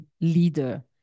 leader